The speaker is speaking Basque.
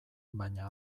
baina